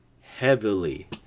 heavily